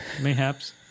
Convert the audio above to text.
mayhaps